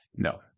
No